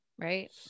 Right